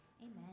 Amen